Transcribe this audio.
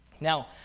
Now